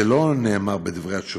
זה לא נאמר בדברי התשובה.